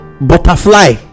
butterfly